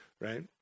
right